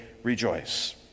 rejoice